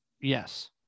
Yes